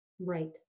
Right